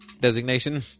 designation